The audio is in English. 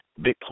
Bitcoin